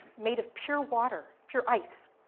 made of pure water, pure ice,